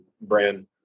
brand